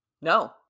No